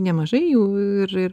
nemažai jų ir ir